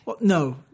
No